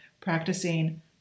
practicing